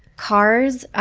cars.